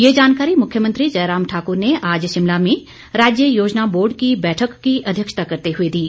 ये जानकारी मुख्यमंत्री जयराम ठाकुर ने आज शिमला में राज्य योजना बोर्ड की बैठक की अध्यक्षता करते हुए दी